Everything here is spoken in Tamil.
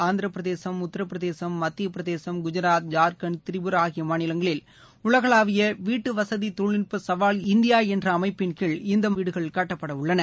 ஆந்திர பிரதேசம் உத்திரபிரதேசம் மத்திய பிரதேசம் குஜாத் ஜார்க்கண்ட் திபுரா ஆகிய மாநிலங்களில் உலகளாவிய வீட்டு வசதி தொழில்நுட்ப சவால் இந்தியா என்ற அமைப்பின் கீழ் இந்த வீடுகள் கட்டப்பட உள்ளன